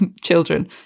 children